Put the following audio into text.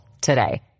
today